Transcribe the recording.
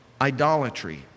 idolatry